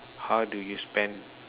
how do you spend